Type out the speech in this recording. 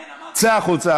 כן, אמרתי, צא החוצה.